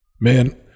Man